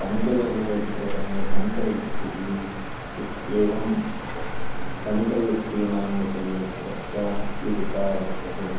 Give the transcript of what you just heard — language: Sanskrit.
पञ्चदशे अधिकरणे तन्त्रयुक्तिः इत्येवं तन्त्रयुक्तीनां विषये च चर्चा विहिता वर्तते